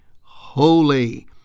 holy